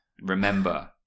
Remember